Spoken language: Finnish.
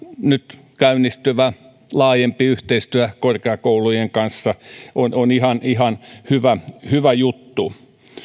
nyt käynnistyvä laajempi yhteistyö korkeakoulujen kanssa on on ihan ihan hyvä hyvä juttu